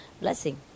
blessing